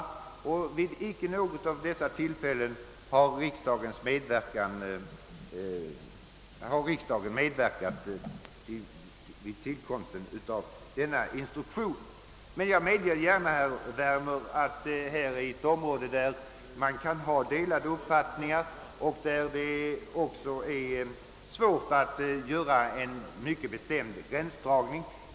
Riksdagen har inte vid något av dessa tillfällen medverkat vid tillkomsten av instruktionen. Men jag medger gärna, herr Werner, att detta är ett område där man kan ha olika uppfattningar och där det också är svårt att göra en alldeles bestämd gränsdragning.